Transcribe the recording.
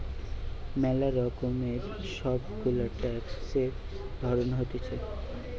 ম্যালা রকমের সব গুলা ট্যাক্সের ধরণ হতিছে